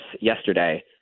yesterday